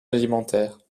alimentaire